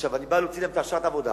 אני בא להוציא להם את אשרת העבודה.